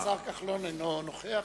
השר כחלון אינו נוכח.